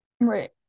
Right